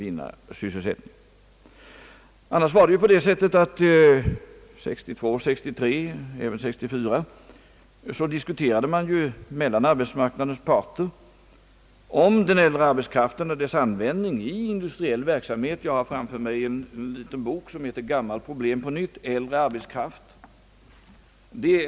Under åren 1962—1963 och även under 1964 fördes annars en diskussion mellan arbetsmarknadens parter om den äldre arbetskraften och dess användning i industriell verksamhet. Jag har i min hand en liten bok med titeln Gammalt problem på nytt — äldre arbetskraft.